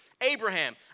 Abraham